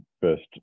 first